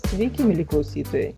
sveiki mieli klausytojai